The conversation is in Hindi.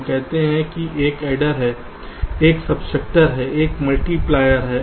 हम कहते हैं कि एक एडर है एक सब्सट्रैक्टर है एक मल्टीप्लायर है